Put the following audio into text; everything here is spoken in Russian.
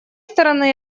стороны